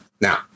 Now